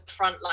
frontline